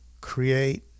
create